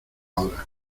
hora